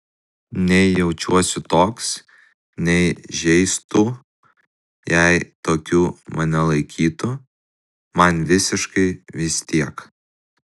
nei jaučiuosi toks nei žeistų jei tokiu mane laikytų man visiškai vis tiek